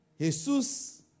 Jesus